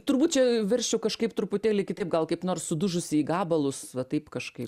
turbūt čia verčiau kažkaip truputėlį kitaip gal kaip nors sudužusi į gabalus va taip kažkaip